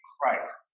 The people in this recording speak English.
Christ